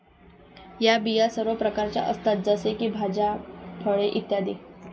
या बिया सर्व प्रकारच्या असतात जसे की भाज्या, फळे इ